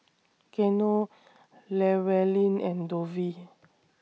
Geno Llewellyn and Dovie